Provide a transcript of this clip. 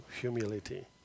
humility